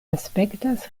aspektas